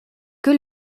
que